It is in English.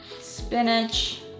spinach